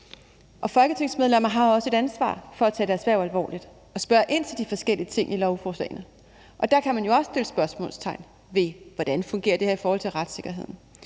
Folketingsmedlemmer har også et ansvar for at tage deres hverv alvorligt og spørge ind til de forskellige ting i lovforslagene. Der kan man jo også stille spørgsmål om, hvordan noget fungerer i forhold til retssikkerheden.